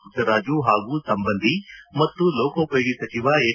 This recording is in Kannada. ಪುಟ್ಟರಾಜು ಹಾಗೂ ಸಂಬಂಧಿ ಮತ್ತು ಲೋಕೋಪಯೋಗಿ ಸಚಿವ ಎಚ್